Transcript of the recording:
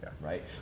right